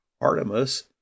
Artemis